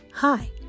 Hi